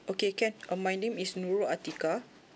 okay can uh my name is nurul atikah